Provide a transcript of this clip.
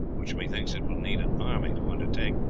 which methinks it will need an army to undertake.